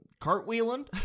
cartwheeling